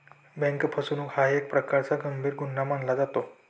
bank फसवणूक हा एक प्रकारचा गंभीर गुन्हा मानला जातो